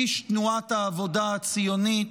איש תנועת העבודה הציונית.